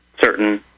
certain